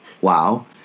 wow